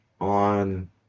on